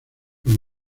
los